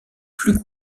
plus